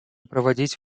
проводить